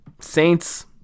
Saints